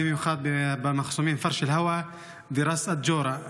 במיוחד במחסומים פרש אל-הווא וראס אל-ג'ורה.